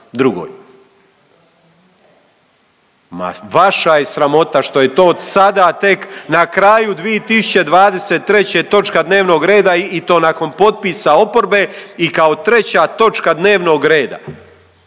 Ma vaša je sramota što je to od sada tek na kraju 2023. točka dnevnog reda i to nakon potpisa oporbe i kao treća točka dnevnog reda,